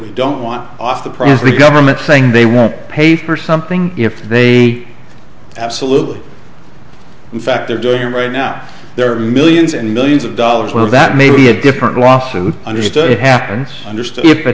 we don't want off the pres the government saying they won't pay for or something if they absolutely in fact they're doing right now there are millions and millions of dollars well that may be a different lawsuit understood it happens